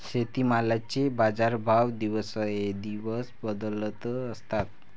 शेतीमालाचे बाजारभाव दिवसेंदिवस बदलत असतात